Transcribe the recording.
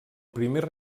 primer